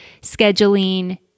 scheduling